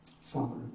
Father